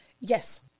Yes